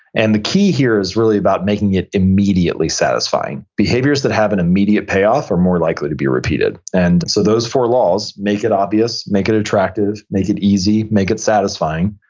and the key here is really about making it immediately satisfying. behaviors that have an immediate payoff are more likely to be repeated and so those four laws make it obvious, make it attractive, make it easy, make it satisfying,